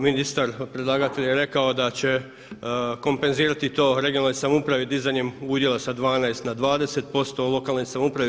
Ministar, predlagatelj je rekao da će kompenzirati to regionalnoj samoupravi dizanjem udjela sa 12 na 20%, u lokalnoj samoupravi 80%